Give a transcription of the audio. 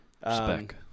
Spec